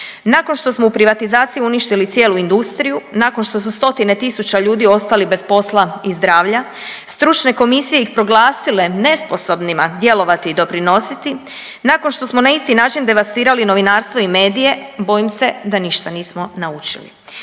Nakon što smo u privatizaciji uništili cijelu industriju, nakon što su stotine tisuća ljudi ostali bez posla i zdravlja, stručne komisije ih proglasile nesposobnima djelovati i doprinositi, nakon što smo na isti način devastirali novinarstvo i medije bojim se da ništa nismo naučili.